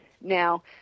now